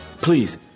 please